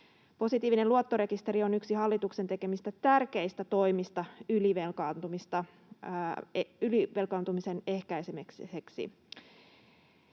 Positiivinen luottorekisteri on yksi hallituksen tekemistä tärkeistä toimista ylivelkaantumisen ehkäisemiseksi.